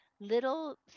little